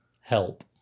help